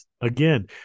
Again